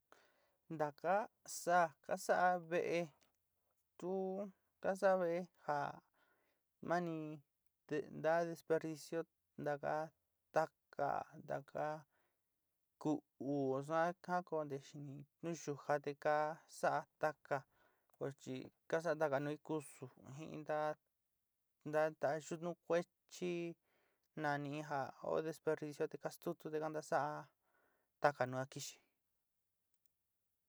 Ntaka sa'a ka sa'a vee tu ka sa'a vee ja mani ndá desperdicio ntaka taka ntaka ku'ú suan ka konté xini nu yujá te ka sa'a taka ko chi ka sa'a taka nu kusu jin nta nta'a yunu kuechi nani ja ó desperdicio te kastutú te kantasa'a taka nu ka kixi.